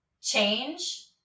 change